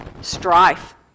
strife